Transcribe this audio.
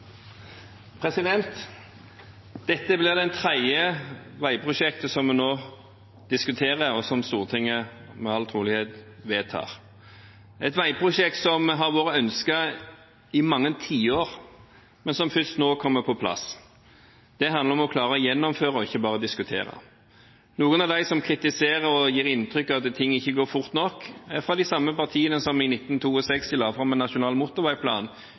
tredje veiprosjektet som vi nå diskuterer, og som Stortinget med all sannsynlighet vedtar, et veiprosjekt som har vært ønsket i mange tiår, men som først nå kommer på plass. Det handler om å klare å gjennomføre og ikke bare diskutere. Noen av dem som kritiserer og gir inntrykk av at ting ikke går fort nok, er fra de samme partiene som i 1962 la fram en nasjonal motorveiplan